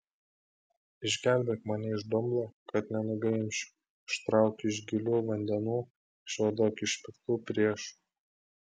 išgelbėk mane iš dumblo kad nenugrimzčiau ištrauk iš gilių vandenų išvaduok iš piktų priešų